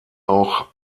auch